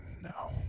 no